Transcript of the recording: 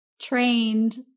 trained